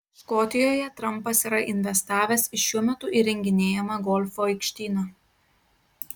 škotijoje trampas yra investavęs į šiuo metu įrenginėjamą golfo aikštyną